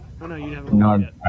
No